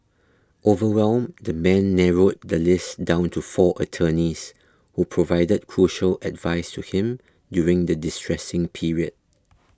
overwhelmed the man narrowed the list down to four attorneys who provided crucial advice to him during the distressing period